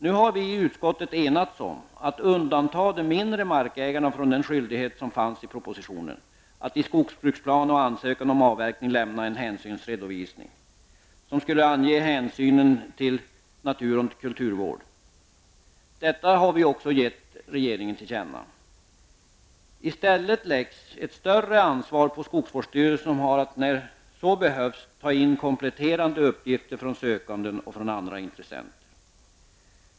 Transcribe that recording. Nu har vi i utskottet enats om att undanta de mindre markägarna från den skyldighet som fanns i propositionen, att i skogsbruksplan och ansökan om avverkning lämna en hänsynsredovisning som skulle ange hänsynen till natur och kulturvård. Detta har vi också gett regeringen till känna. I stället läggs ett större ansvar på skogsvårdsstyrelsen, som har att när så behövs ta in kompletterande uppgifter från sökande och andra intressenter.